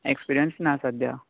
experience ना सद्या